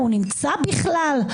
הוא נמצא בכלל?